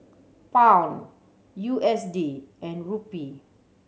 Pound U S D and Rupee